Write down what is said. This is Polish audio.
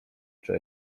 czy